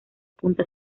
punta